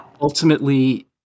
ultimately